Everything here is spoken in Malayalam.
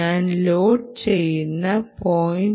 ഞാൻ ലോഡ് ചെയ്യുന്നത് 0